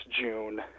June